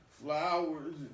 Flowers